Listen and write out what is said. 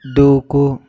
దూకు